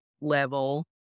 level